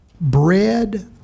Bread